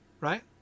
right